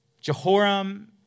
Jehoram